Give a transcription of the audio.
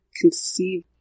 conceive